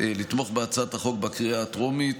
לתמוך בהצעת החוק בקריאה הטרומית,